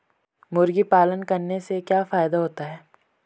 मुर्गी पालन करने से क्या फायदा होता है?